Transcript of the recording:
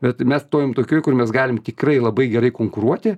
bet mes stovim tokioj kur mes galim tikrai labai gerai konkuruoti